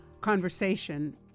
conversation